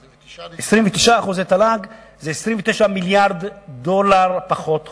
29% תל"ג זה 29 מיליארד דולר פחות חוב.